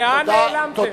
לאן נעלמתם?